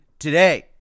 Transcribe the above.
Today